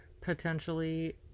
potentially